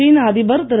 சீன அதிபர் திரு